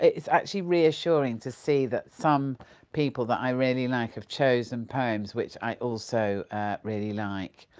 it's actually reassuring to see that some people that i really like have chosen poems which i also really like,